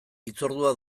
hitzordua